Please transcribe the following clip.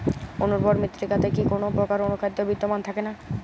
অনুর্বর মৃত্তিকাতে কি কোনো প্রকার অনুখাদ্য বিদ্যমান থাকে না?